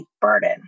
burden